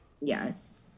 Yes